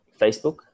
Facebook